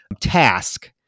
task